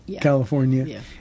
California